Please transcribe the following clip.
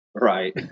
right